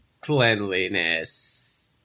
cleanliness